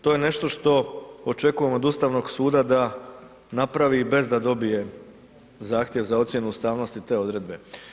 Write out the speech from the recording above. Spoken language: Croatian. To je nešto što očekujem od Ustavnog suda da napravi bez da dobije zahtjev za ocjenu ustavnosti te odredbe.